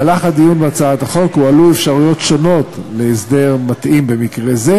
בדיון בהצעת החוק הועלו אפשרויות שונות להסדר המתאים במקרה זה.